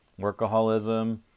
Workaholism